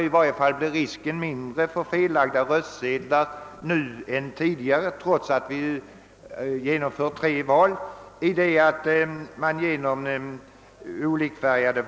Under alla förhållanden blir risken mindre än tidigare vad det gäller fellagda röstsedlar, detta trots att tre val skall genomföras samtidigt.